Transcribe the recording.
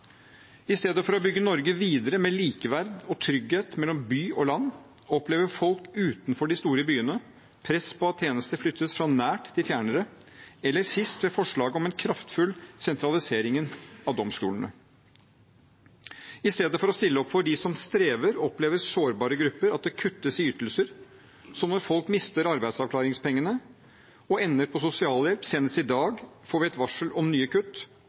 I stedet for å bygge Norge videre med likeverd og trygghet mellom by og land, opplever folk utenfor de store byene press på at tjenester flyttes fra nært til fjernere – aller sist ved forslag om en kraftfull sentralisering av domstolene. I stedet for å stille opp for dem som strever, opplever sårbare grupper at det kuttes i ytelser, som når folk mister arbeidsavklaringspengene og ender på sosialhjelp. Senest i dag får vi et varsel om nye kutt